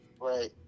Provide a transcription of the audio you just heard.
right